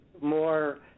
more